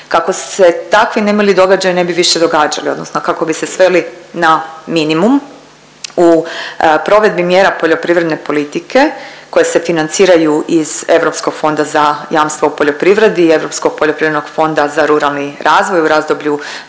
Kako se takvi nemili događaji ne bi više događali odnosno kako bi se sveli na minimum u provedbi mjera poljoprivredne politike koje se financiraju iz Europskog fonda za jamstvo u poljoprivredni i Europskog poljoprivrednog fonda za ruralni razvoj u razdoblju